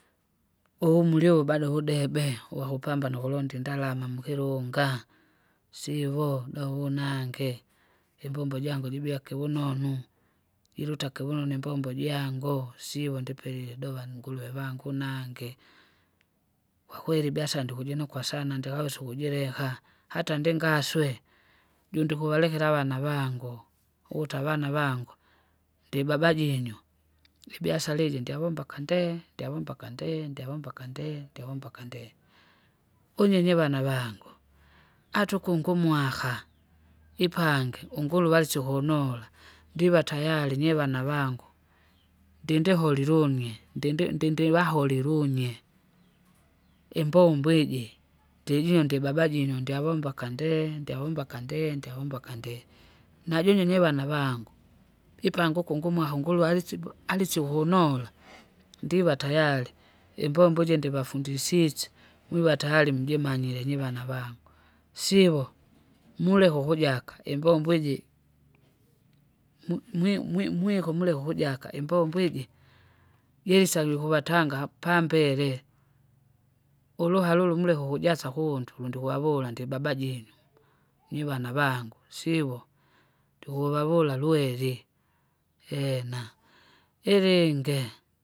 Uvumri uvu bado kudebe wakupambana ukulonda indalama mukilunga, sivo dohunange, imbombo jangu jibuyake vunonu, jirutake vununu imbombo jangu sivo ndipelile dova nguruwe vangu nange. Kwakeri ibiasara ndukujinokwa sana ndikawesa ukujileka, hata ndingaswe, jundukuvalekera avana vangu, ukuti avana vangu ndibaba jinyu, ibiasala iji ndyavomba akandee ndyavomba akandee ndyavomba akandee ndyavomba akandee. Unyenye avana vangu, ata ukungu umwaka, ipange unguruwasi ukunola, ndiva tayari nyivana vangu, ndindehule lung'e ndindi ndindi vaholi lung'e. Imbombo iji ndiju ndibaba jinyo ndyavomba akandee ndyavomba akandee ndyavomba akandee, najumyo nyivana vangu, ipanguku ngumwaha unguru alisibo alisiukunola, ndiva tayari, imbombo iji ndivafundisisye mwiva tayari mujimanyire nyivana vangu, sivo muleke ukujaka imbombo iji, mwi- mwi- mwi- mwiko muleke ukujaka imbombo iji, jilisa lwikuvatanga apa- mbele. Uluhara ulu muleke ukujasa kuhuntu ulundivavula ndibaba jinyu, nyivana vangu, sivo, ndikuvavula lweri ena, ilinge.